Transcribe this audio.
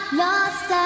lost